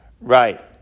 right